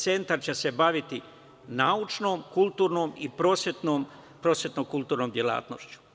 Centar će se baviti naučnom, kulturnom i prosvetno-kulturnom delatnošću.